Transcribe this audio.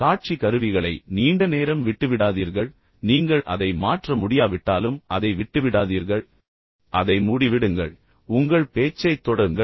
காட்சி கருவிகளை நீண்ட நேரம் விட்டுவிடாதீர்கள் எனவே நீங்கள் அதை மாற்ற முடியாவிட்டாலும் அதை விட்டுவிடாதீர்கள் எனவே அதை மூடி விடுங்கள் பின்னர் உங்கள் பேச்சைத் தொடருங்கள்